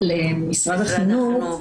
למשרד החינוך,